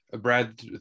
Brad